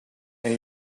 and